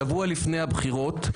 שבוע לפני הבחירות,